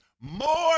More